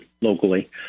locally